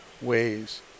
ways